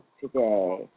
today